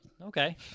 Okay